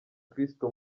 kristo